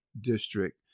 district